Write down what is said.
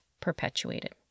perpetuated